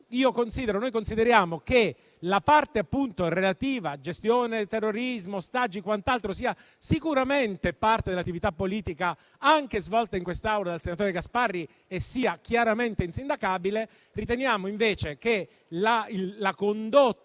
noi consideriamo che la parte relativa alla gestione del terrorismo, ostaggi e quant'altro sia sicuramente parte dell'attività politica anche svolta in quest'Aula dal senatore Gasparri e sia chiaramente insindacabile. Riteniamo invece che la condotta,